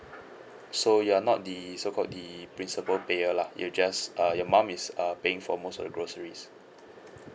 so you're not the so called the principal payer lah you just uh your mum is err paying for most of the groceries